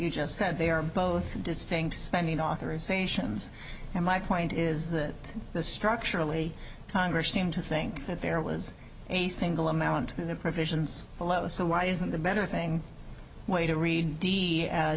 you just said they are both distinct spending authorizations and my point is that the structurally congress seem to think that there was a single amount in the provisions eleven so why isn't the better thing to read d as